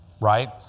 right